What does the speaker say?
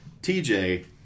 TJ